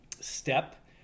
step